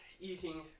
eating